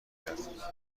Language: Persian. کرد